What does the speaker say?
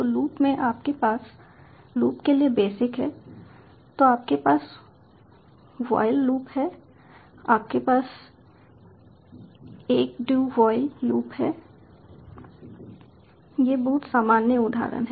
तो लूप में आपके पास लूप के लिए बेसिक है तो आपके पास व्हाईल लूप है आपके पास एक डू व्हाईल लूप है ये बहुत सामान्य उदाहरण हैं